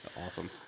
Awesome